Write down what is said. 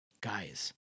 guys